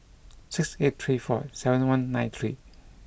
six eight three four seven one nine three